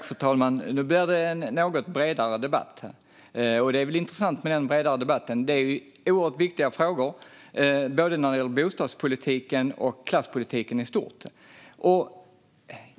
Fru talman! Nu blir debatten något bredare, och det är väl intressant. Detta är oerhört viktiga frågor - det gäller både bostadspolitiken och klasspolitiken i stort.